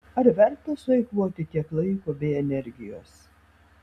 ar verta sueikvoti tiek laiko bei energijos